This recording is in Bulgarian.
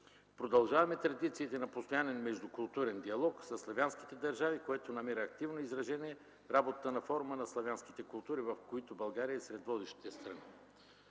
Продължаваме традициите на постоянен междукултурен диалог със славянските държави, което намира активно изражение в работата на форума на славянските култури и България е сред водещите страни.